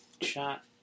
shot